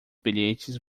bilhetes